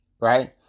right